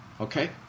Okay